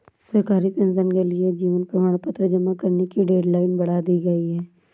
सरकारी पेंशनर्स के लिए जीवन प्रमाण पत्र जमा करने की डेडलाइन बढ़ा दी गई है